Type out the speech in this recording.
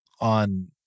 on